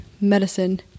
medicine